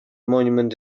monument